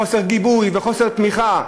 חוסר גיבוי וחוסר תמיכה,